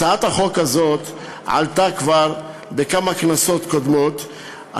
הצעת החוק הזאת הועלתה כבר בכמה כנסות קודמות,